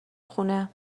خونه